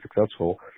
successful